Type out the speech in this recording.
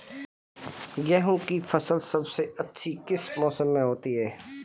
गेंहू की फसल सबसे अच्छी किस मौसम में होती है?